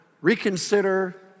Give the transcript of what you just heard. reconsider